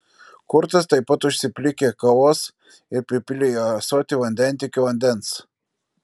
kurtas taip pat užsiplikė kavos ir pripylė į ąsotį vandentiekio vandens